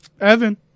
Evan